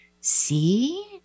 See